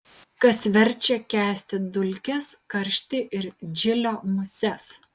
kas verčia kęsti dulkes karštį ir džilio muses